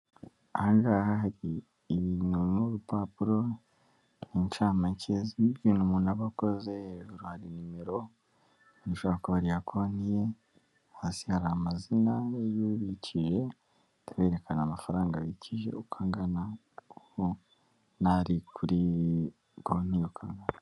Aha ngaha hari ibintu mu mparupapuro incamake z'ibintu umuntu aba yakozero nimero ishobora kuba ari iya konti ye, hasi hari amazina yubikije ataberekana amafaranga abikije uko angana, ubu nari kuri konti .